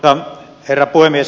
arvoisa herra puhemies